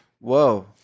Whoa